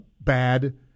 bad